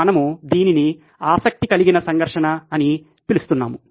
మనము దీనిని ఆసక్తి కలిగిన సంఘర్షణ అని పిలుస్తున్నాము